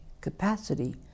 capacity